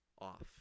off